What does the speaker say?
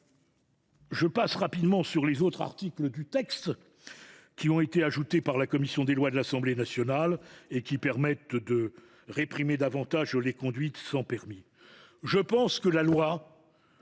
Je passe rapidement sur les autres articles du texte qui ont été ajoutés par la commission des lois de l’Assemblée nationale et qui tendent à réprimer davantage la conduite sans permis. La loi,